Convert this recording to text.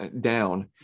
down